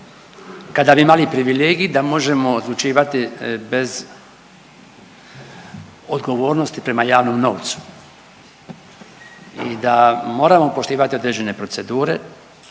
kada bi imali privilegij da možemo odlučivati bez odgovornosti prema javnom novcu i da moramo poštivati određene procedure